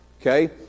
Okay